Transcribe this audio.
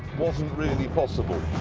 wasn't really possible.